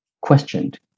questioned